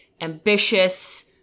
ambitious